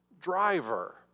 driver